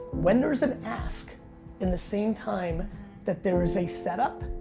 when there's an ask in the same time that there is a setup,